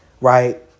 right